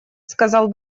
сказал